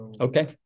Okay